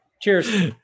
Cheers